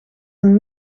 een